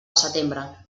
setembre